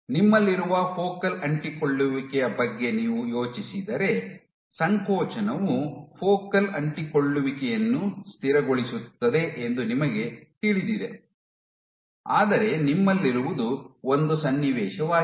ನಿಮ್ಮಲ್ಲಿರುವ ಫೋಕಲ್ ಅಂಟಿಕೊಳ್ಳುವಿಕೆಯ ಬಗ್ಗೆ ನೀವು ಯೋಚಿಸಿದರೆ ಸಂಕೋಚನವು ಫೋಕಲ್ ಅಂಟಿಕೊಳ್ಳುವಿಕೆಯನ್ನು ಸ್ಥಿರಗೊಳಿಸುತ್ತದೆ ಎಂದು ನಿಮಗೆ ತಿಳಿದಿದೆ ಆದರೆ ನಿಮ್ಮಲ್ಲಿರುವುದು ಒಂದು ಸನ್ನಿವೇಶವಾಗಿದೆ